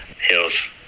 Hills